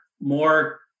more